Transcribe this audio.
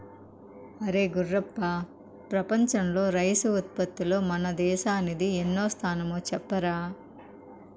అరే గుర్రప్ప ప్రపంచంలో రైసు ఉత్పత్తిలో మన దేశానిది ఎన్నో స్థానమో చెప్పరా